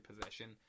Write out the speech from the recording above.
possession